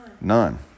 None